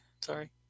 Sorry